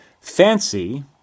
fancy